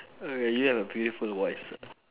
!oi! you have a beautiful voice sir